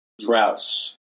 droughts